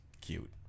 cute